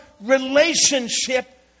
relationship